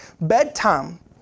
Bedtime